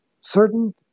certain